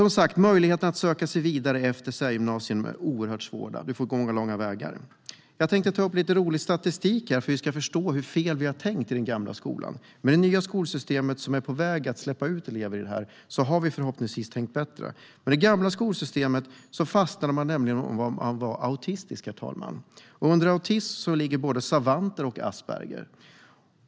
Möjligheterna att söka sig vidare efter särgymnasiet är alltså mycket begränsade, och man får ta långa omvägar. Låt mig ta upp lite statistik så att vi ska förstå hur fel vi tänkte i den gamla skolan. I det nya skolsystemet har vi förhoppningsvis tänkt bättre. I det gamla skolsystemet fastnade man nämligen om man var autistisk. Under autism ligger både savanter och asperger.